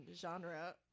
Genre